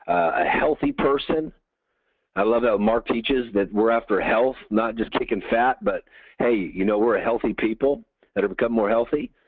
a healthy person i love that mark teaches that we're after health. not just kicking fat, but hey you know we're healthy people that become more healthy.